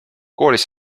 koolist